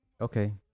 Okay